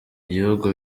igihugu